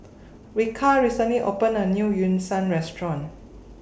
Ryker recently opened A New Yu Sheng Restaurant